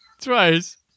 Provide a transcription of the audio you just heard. Twice